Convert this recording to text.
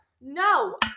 No